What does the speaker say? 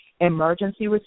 Emergency